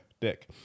Dick